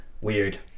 Weird